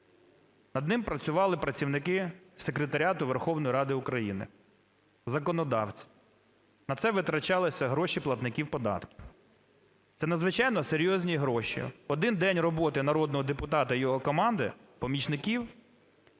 Над ним працювали працівники секретаріату Верховної Ради України, законодавці, на це витрачалися гроші платників податків. Це надзвичайно серйозні гроші, один день роботи народного депутата і його команди, помічників,